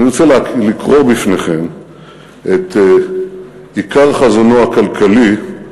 אני רוצה לקרוא בפניכם את עיקר חזונו הכלכלי,